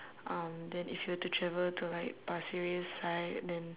um then if you were to travel to like pasir ris side then